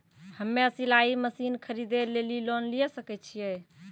हम्मे सिलाई मसीन खरीदे लेली लोन लिये सकय छियै?